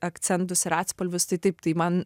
akcentus ir atspalvius tai taip tai man